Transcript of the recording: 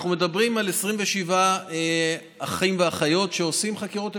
אנחנו מדברים על 27 אחים ואחיות שעושים חקירות אפידמיולוגיות.